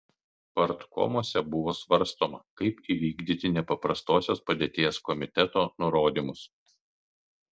partkomuose buvo svarstoma kaip įvykdyti nepaprastosios padėties komiteto nurodymus